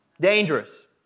Dangerous